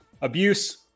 abuse